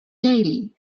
daily